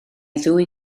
ddwy